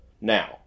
Now